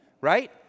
right